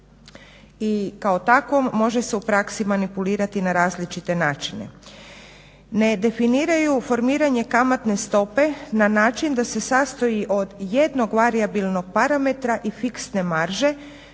i kao takvom može se u praksi manipulirati na različite načine. Ne definiraju formiranje kamatne stope na način da se sastoji od jednog varijabilnog parametra i fiksne marže